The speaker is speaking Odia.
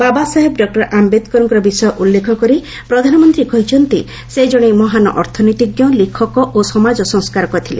ବାବାସାହେବ ଡକ୍ଟର ଆୟେଦ୍କରଙ୍କର ବିଷୟ ଉଲ୍ଲ୍କ୍ଖ କରି ପ୍ରଧାନମନ୍ତ୍ରୀ କହିଛନ୍ତି ସେ ଜଣେ ମହାନ୍ ଅର୍ଥନୀତିଜ୍ଞ ଲେଖକ ଓ ସମାଜ ସଂସ୍କାରକ ଥିଲେ